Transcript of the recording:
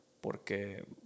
Porque